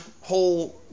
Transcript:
whole